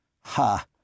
Ha